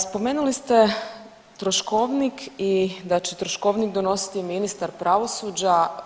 Spomenuli ste troškovnik i da će troškovnik donositi ministar pravosuđa.